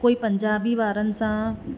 कोई पंजाबी वारनि सां